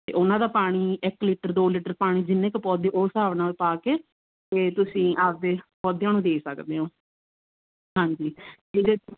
ਅਤੇ ਉਹਨਾਂ ਦਾ ਪਾਣੀ ਇੱਕ ਲੀਟਰ ਦੋ ਲੀਟਰ ਪਾਣੀ ਜਿੰਨੇ ਕੁ ਪੌਦੇ ਉਸ ਹਿਸਾਬ ਨਾਲ ਪਾ ਕੇ ਅਤੇ ਤੁਸੀਂ ਆਪਦੇ ਪੌਦਿਆਂ ਨੂੰ ਦੇ ਸਕਦੇ ਹੋ ਹਾਂਜੀ ਜਿਹਦੇ